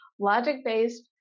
logic-based